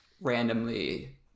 randomly